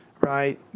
right